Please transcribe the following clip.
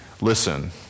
Listen